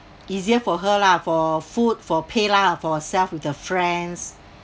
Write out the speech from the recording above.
easier for her lah for food for pay lah for herself with the friends